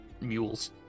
mules